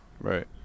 Right